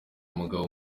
umugabo